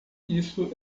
isso